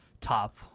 top